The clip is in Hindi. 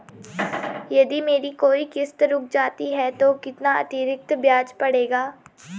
यदि मेरी कोई किश्त रुक जाती है तो कितना अतरिक्त ब्याज पड़ेगा?